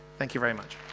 thank you very much